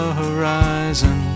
horizon